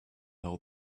hold